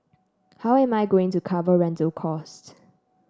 how am I going to cover rental costs